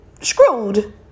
screwed